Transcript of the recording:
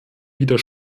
wieder